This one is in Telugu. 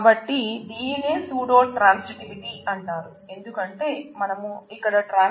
కాబట్టి దీనినే సూడో ట్రాన్సిటివిటి ను కలుపుతున్నాం